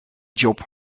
job